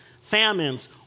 famines